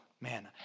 man